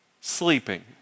sleeping